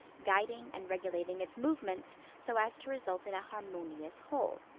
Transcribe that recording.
guiding and regulating its movements so as to result in a harmonious whole.